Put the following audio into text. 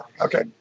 Okay